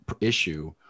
issue